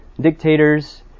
dictators